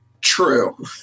true